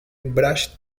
brush